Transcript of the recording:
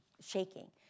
shaking